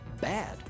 bad